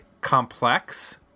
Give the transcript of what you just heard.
complex